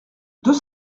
deux